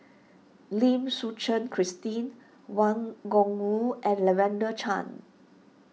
Lim Suchen Christine Wang Gungwu and Lavender Chang